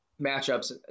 matchups